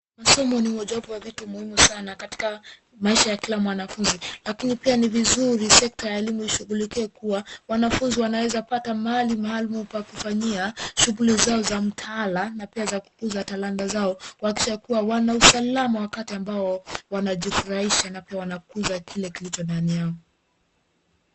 Masomo ni mojawapo wa vitu muhimu sana katika maisha ya kila mwanafunzi lakini pia ni vizuri sekta ya elimu ishughulikie kuwa wanafunzi wanaweza pata mahali maalumu pa kufanyia shughuli zao za mtaala na pia za kukuza talanta zao, kuhakikisha kuwa wana usalama wakati ambao wanajifurahisha na pia wanakuza kile kilicho ndani yao.